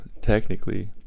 technically